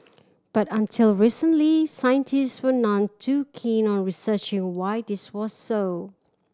but until recently scientist were none too keen on researching why this was so